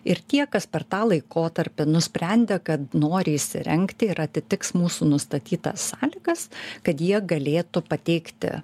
ir tie kas per tą laikotarpį nusprendė kad nori įsirengti ir atitiks mūsų nustatytas sąlygas kad jie galėtų pateikti